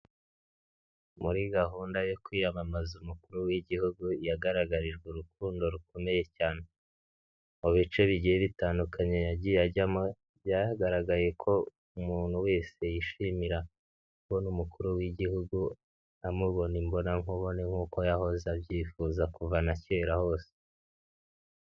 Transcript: Muri gahunda yo kwiyamamaza umukuru w'igihugu yagaragarijwe urukundo rukomeye cyane, mu bice bigiye bitandukanye yagiye ajyamo byagaragaye ko umuntu wese yishimira kubona umukuru w'igihugu amubona imbonankubone nk'uko yahoze abyifuza kuva na cyera hose.